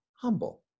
humble